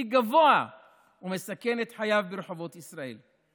גבוה ומסכן את חייו ברחובות ישראל?